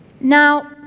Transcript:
Now